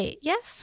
yes